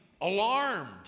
alarmed